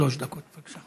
שלוש דקות, בבקשה.